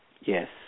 Yes